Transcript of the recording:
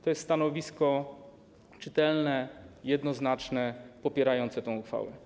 To jest stanowisko czytelne, jednoznaczne, popierające tę uchwałę.